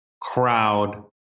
Crowd